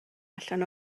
allan